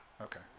okay